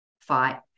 fight